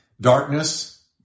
Darkness